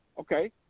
Okay